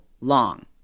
long